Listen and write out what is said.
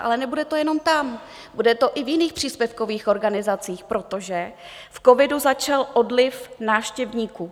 Ale nebude to jenom tam, bude to i v jiných příspěvkových organizacích, protože v covidu začal odliv návštěvníků.